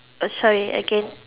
oh sorry again